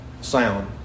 sound